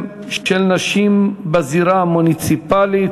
404 ו-418: ייצוג הולם של נשים בזירה המוניציפלית.